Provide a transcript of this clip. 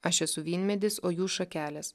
aš esu vynmedis o jūs šakelės